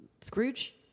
scrooge